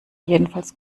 jedenfalls